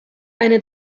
eine